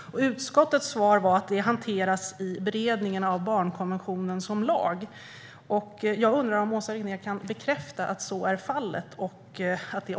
Utskottets svar var att det hanteras i beredningen av barnkonventionen som lag. Jag undrar om Åsa Regnér kan bekräfta att så är fallet.